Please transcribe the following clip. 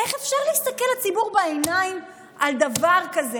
איך אפשר להסתכל לציבור בעיניים על דבר כזה?